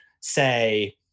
say